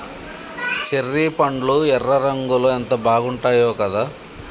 cherry పండ్లు ఎర్ర రంగులో ఎంత బాగుంటాయో కదా